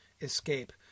escape